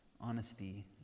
honesty